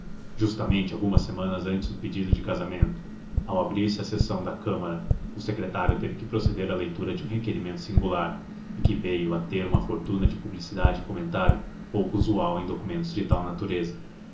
justamente algumas semanas antes do pedido de casamento ao abrir-se a sessão da câmara o secretário teve que proceder à leitura de um requerimento singular e que veio a ter uma fortuna de publicidade e comentário pouco usual em documentos de tal natureza